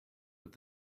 with